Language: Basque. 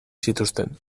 zituzten